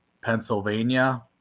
Pennsylvania